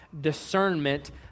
discernment